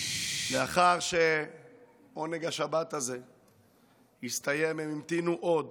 לאחר שעונג השבת הזה הסתיים, הם המתינו עוד,